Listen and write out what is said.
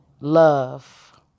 Love